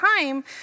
time